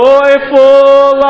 Joyful